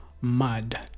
MUD